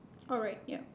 alright ya